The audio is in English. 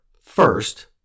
First